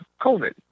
COVID